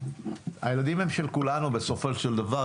הילדים הם של כולנו בסופו של דבר.